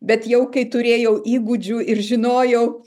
bet jau kai turėjau įgūdžių ir žinojau